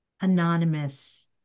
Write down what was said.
anonymous